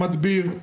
מדביר,